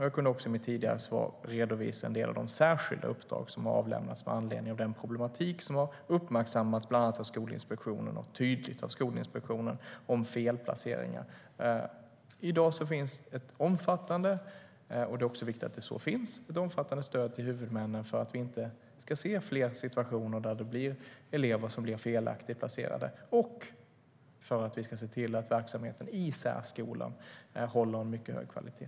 Jag kunde också i mitt tidigare svar redovisa en del av de särskilda uppdrag som har avlämnats med anledning av den problematik som har uppmärksammats tydligt av bland andra Skolinspektionen om felplaceringar. I dag finns ett omfattande stöd till huvudmännen - det är viktigt att det finns - för att vi inte ska se fler situationer där elever blir felaktigt placerade och för att vi ska se till att verksamheten i särskolan håller en mycket hög kvalitet.